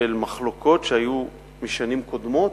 של מחלוקות שהיו משנים קודמות.